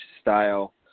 style